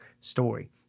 story